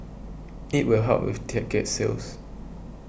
it will help with ticket sales